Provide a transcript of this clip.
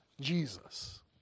Jesus